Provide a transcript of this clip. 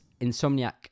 insomniac